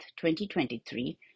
2023